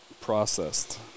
processed